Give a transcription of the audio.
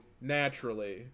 naturally